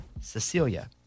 Cecilia